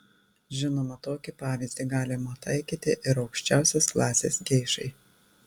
žinoma tokį pavyzdį galima taikyti ir aukščiausios klasės geišai